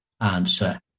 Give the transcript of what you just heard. answer